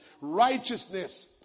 Righteousness